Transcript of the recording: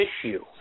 issue